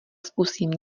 zkusím